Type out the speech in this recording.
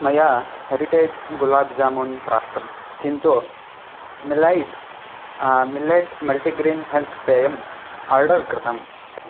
मया हेरिटेज् गुलाब् जामून् प्राप्तं किन्तु मिलैट् मिलेट् मल्टिग्रीन् हेल्त् पेयम् आर्डर् कृतम्